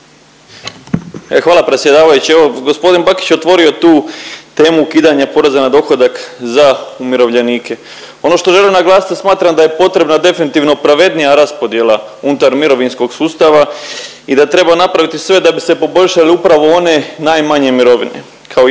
Hvala predsjedavajući. Evo gospodin Bakić je otvorio tu temu ukidanja poreza na dohodak za umirovljenike. Ono što želim naglasiti da smatra da je potrebna definitivno pravednija raspodjela unutar mirovinskog sustava i da treba napraviti sve da bi se poboljšale upravo one najmanje mirovine.